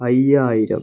അയ്യായിരം